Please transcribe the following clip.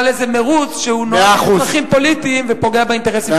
איזה מירוץ שנועד לצרכים פוליטיים ופוגע באינטרסים של מדינת ישראל.